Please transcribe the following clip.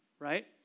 Right